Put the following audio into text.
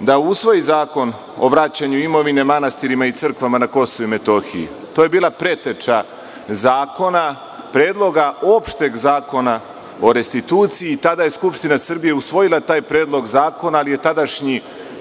da usvoji Zakon o vraćanju imovine manastirima i crkvama na Kosovu i Metohiji. To je bila preteča zakona, predloga opšteg Zakona o restituciji. Tada je Skupština Srbije usvojila taj predlog zakona ali je tadašnji